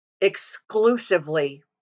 exclusively